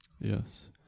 Yes